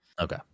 okay